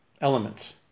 elements